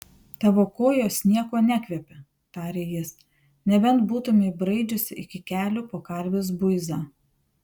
tavo kojos niekuo nekvepia tarė jis nebent būtumei braidžiusi iki kelių po karvės buizą